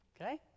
Okay